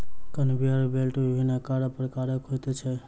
conveyor belt विभिन्न आकार प्रकारक होइत छै